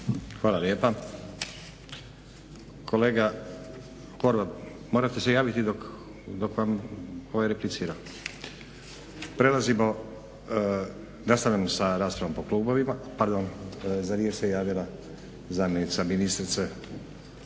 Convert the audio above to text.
Hvala lijepa. Kolega Horvat morate se javiti dok vam ovaj replicira. Nastavljamo sa raspravom po klubovima. Pardon, za riječ se javila zamjenica ministrice